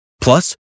Plus